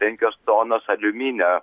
penkios tonos aliuminio